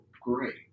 great